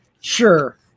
Sure